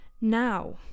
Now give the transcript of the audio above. Now